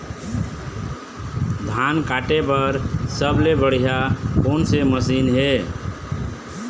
धान काटे बर सबले बढ़िया कोन से मशीन हे?